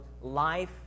life